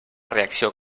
reacció